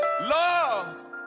love